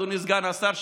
אדוני סגן השר,